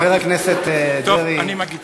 חבר הכנסת דרעי,